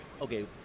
Okay